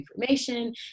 information